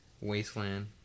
Wasteland